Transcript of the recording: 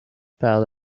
pad